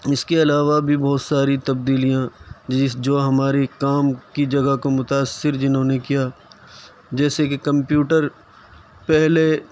اُس کے علاوہ بھی بہت ساری تبدیلیاں جس جو ہماری کام کی جگہ کو متاثر جنہوں نے کیا جیسے کہ کمپیوٹر پہلے